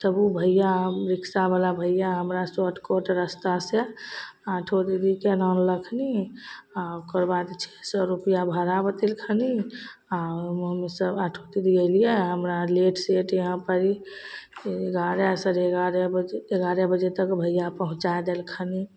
तब ओ भइआ हम रिक्शावला भइआ हमरा शार्टकट रस्तासे आठो दीदीके लानलखिन आओर ओकरबाद छओ सओ रुपैआ भाड़ा बतेलखिन आओर ओहिमे हमसभ आठ दीदी अएलिए हमरा लेटसेट यहाँपर ओ एगारह साढ़े एगारह बजे तक भइआ पहुँचै देलखिन